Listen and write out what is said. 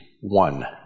one